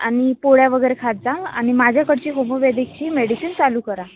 आणि पोळ्या वगैरे खात जा आणि माझ्याकडची होमोपॅथीकची मेडिसिन चालू करा